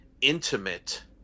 intimate